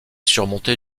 surmontée